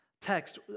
Text